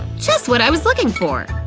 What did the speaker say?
just what i was looking for